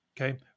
Okay